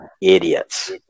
idiots